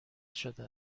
شده